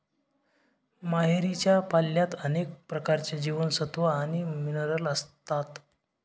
मोहरीच्या पाल्यात अनेक प्रकारचे जीवनसत्व आणि मिनरल असतात